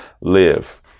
live